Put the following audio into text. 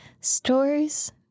stories